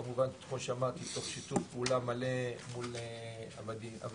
כמובן, כמו שאמרתי, בשיתוף פעולה מלא מול הוועדים.